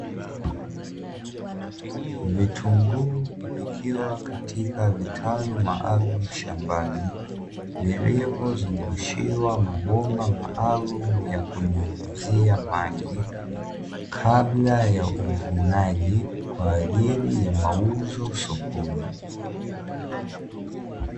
Vitunguu vikiwa katika vitalu maalumu shambani, vilivyozungushiwa mabomba maalumu vya kunyunyuzia maji, kabla ya uvunaji kwa ajili ya mauzo sokoni.